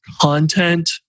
content